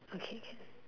okay can